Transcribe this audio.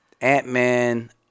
Ant-Man